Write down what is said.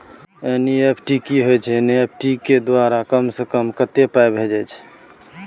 NEFT की होय छै एन.ई.एफ.टी के द्वारा कम से कम कत्ते पाई भेजल जाय छै?